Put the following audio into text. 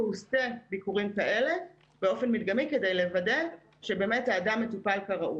הוא עושה ביקורים כאלה באופן מדגמי כדי לוודא שבאמת האדם מטופל כראוי.